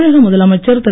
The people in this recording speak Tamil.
தமிழக முதலமைச்சர் திரு